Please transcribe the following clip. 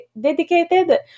dedicated